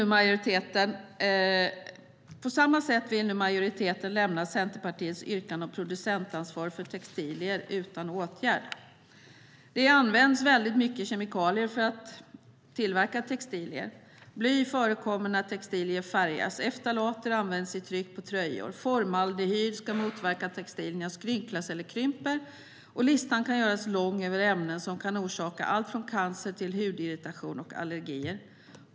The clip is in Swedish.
På samma sätt vill nu majoriteten lämna Centerpartiets yrkande om producentansvar för textilier utan åtgärd. Det används väldigt mycket kemikalier för att tillverka textilier. Bly förekommer när textilier färgas. Ftalater används i tryck på tröjor. Formaldehyd ska motverka att textilier skrynklas eller krymper. Listan kan göras lång över ämnen som kan orsaka allt från cancer till hudirritation och allergier.